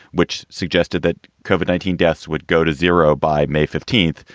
which suggested that covered nineteen deaths would go to zero by may fifteenth,